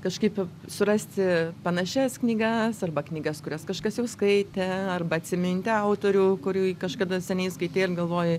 kažkaip surasti panašias knygas arba knygas kurias kažkas jau skaitė arba atsiminti autorių kurį kažkada seniai skaitei ir galvojai